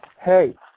hey